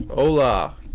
hola